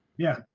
yeah,